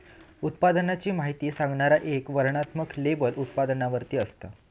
उत्पादनाची माहिती सांगणारा एक वर्णनात्मक लेबल उत्पादनावर असता